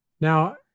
now